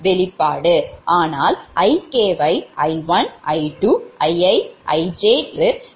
ஆனால் Ik வை I1 I2 Ii Ij என்று வெளிப்பாடாக பெறுவோம்